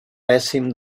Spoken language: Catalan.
pèssim